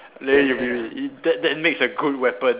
then it'll be that that makes a good weapon